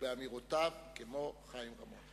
ובאמירותיו כמו חיים רמון.